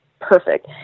perfect